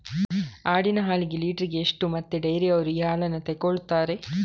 ಆಡಿನ ಹಾಲಿಗೆ ಲೀಟ್ರಿಗೆ ಎಷ್ಟು ಮತ್ತೆ ಡೈರಿಯವ್ರರು ಈ ಹಾಲನ್ನ ತೆಕೊಳ್ತಾರೆ?